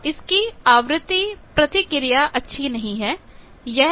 अब इसकी आवृत्ति प्रतिक्रिया अच्छी नहीं है